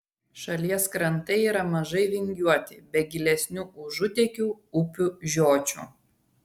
šalies krantai yra mažai vingiuoti be gilesnių užutėkių upių žiočių